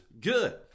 good